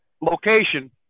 location